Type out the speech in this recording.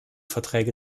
verträge